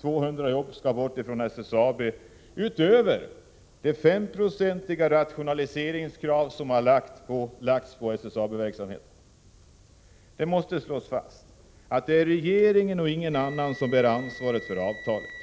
200 jobb skall bort i SSAB, utöver det 5-procentiga rationaliseringskrav som tidigare uppställts för SSAB:s verksamhet. Det måste slås fast att det är regeringen och ingen annan som bär ansvaret för avtalet.